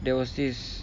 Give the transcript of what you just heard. there was this